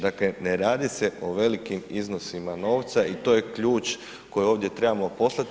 Dakle, ne radi se o velikim iznosima novca i to je ključ koji ovdje trebamo poslati.